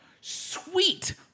Sweet